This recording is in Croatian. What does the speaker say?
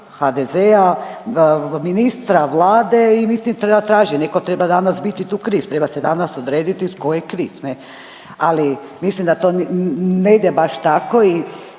HDZ-a, ministra, vlade i …/Govornica se ne razumije./… netko treba danas biti tu kriv, treba se danas odrediti tko je kriv ne. Ali mislim da to ne ide baš tako i